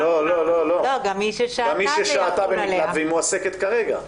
לא, לא, לא, גם מי ששהתה במקלט והיא מועסקת כרגע.